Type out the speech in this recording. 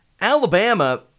Alabama